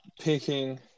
picking